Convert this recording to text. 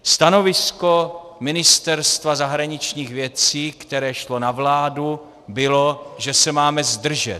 Stanovisko Ministerstva zahraničních věcí, které šlo na vládu, bylo, že se máme zdržet.